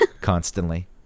constantly